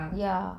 ya